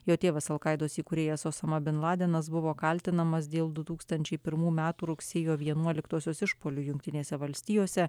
jo tėvas alkaidos įkūrėjas osama bin ladenas buvo kaltinamas dėl du tūkstančiai pirmų metų rugsėjo vienuoliktosios išpuolių jungtinėse valstijose